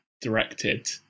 directed